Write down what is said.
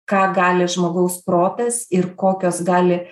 ką gali žmogaus protas ir kokios gali